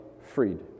Freed